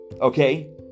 Okay